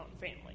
family